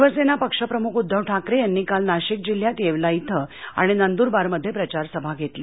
शिवसेना पक्षप्रमुख उद्धव ठाकरे यांनी काल नाशिक जिल्ह्यात येवला इथ आणि नंदूरबारमध्ये प्रचार सभा घेतली